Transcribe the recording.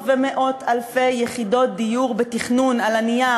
ומאות אלפי יחידות דיור בתכנון על הנייר.